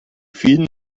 vielen